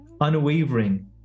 unwavering